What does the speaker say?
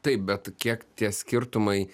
taip bet kiek tie skirtumai